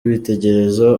bitegereza